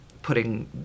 putting